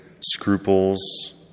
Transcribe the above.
Scruples